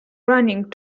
running